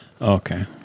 Okay